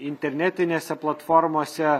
internetinėse platformose